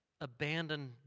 abandon